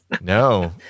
No